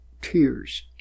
tears